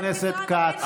חבר הכנסת כץ,